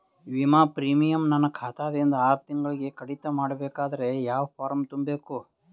ವಿಮಾ ಪ್ರೀಮಿಯಂ ನನ್ನ ಖಾತಾ ದಿಂದ ಆರು ತಿಂಗಳಗೆ ಕಡಿತ ಮಾಡಬೇಕಾದರೆ ಯಾವ ಫಾರಂ ತುಂಬಬೇಕು?